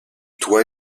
toit